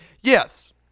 Yes